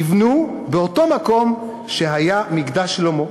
נבנו באותו מקום שהיה מקדש שלמה.